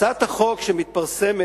הצעת החוק שמתפרסמת,